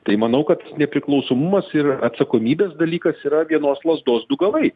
tai manau kad nepriklausomumas ir atsakomybės dalykas yra vienos lazdos du galai